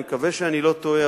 אני מקווה שאני לא טועה,